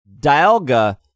Dialga